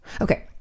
Okay